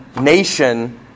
nation